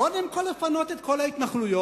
קודם כול לפנות את כל ההתנחלויות,